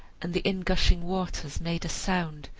and the in gushing waters made a sound,